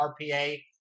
RPA